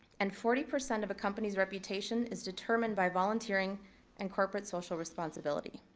and forty percent of a company's reputation is determined by volunteering and corporate social responsibility.